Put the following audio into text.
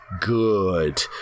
Good